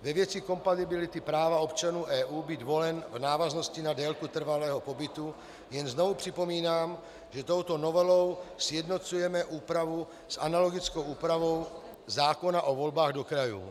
Ve věci kompatibility práva občanů EU být volen v návaznosti na délku trvalého pobytu jen znovu připomínám, že touto novelou sjednocujeme úpravu s analogickou úpravou zákona o volbách do krajů.